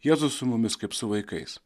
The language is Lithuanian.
jėzus su mumis kaip su vaikais